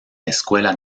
escuela